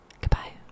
Goodbye